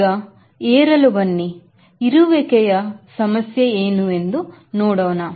ಈಗ ಏರಲು ಬನ್ನಿ ಇರುವಿಕೆಯ ಸಮಸ್ಯೆ ಏನು ಎಂದು ನೋಡೋಣ